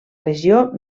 regió